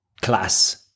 class